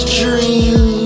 dreams